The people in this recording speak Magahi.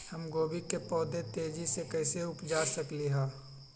हम गोभी के पौधा तेजी से कैसे उपजा सकली ह?